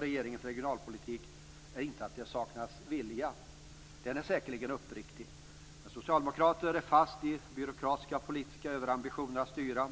regeringens regionalpolitik är inte att det saknas vilja. Den är säkerligen uppriktig. Men socialdemokraterna är fast i den byråkratiska och politiska överambitionen att styra.